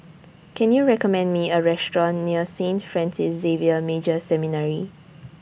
Can YOU recommend Me A Restaurant near Saint Francis Xavier Major Seminary